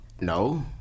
No